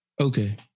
Okay